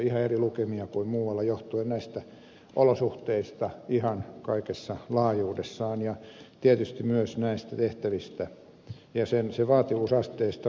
ihan eri lukemia kuin muualla johtuen näistä olosuhteista ihan kaikessa laajuudessaan ja tietysti myös näistä tehtävistä ja niiden vaativuusasteista